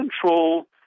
control